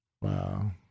Wow